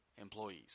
employees